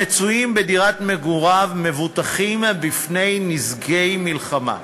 המצויים בדירת מגוריו, מבוטחים מפני נזק מלחמה.